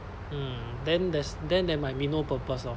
mm then there's then there might be no purpose lor